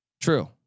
True